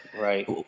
right